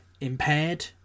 impaired